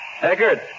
Eckert